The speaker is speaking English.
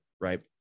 right